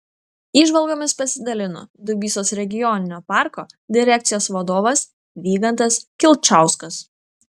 įžvalgomis pasidalino dubysos regioninio parko direkcijos vadovas vygantas kilčauskas